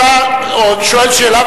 אתה שואל שאלה,